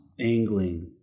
angling